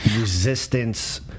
resistance